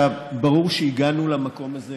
ברור שהגענו למקום הזה